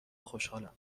خوشحالم